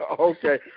Okay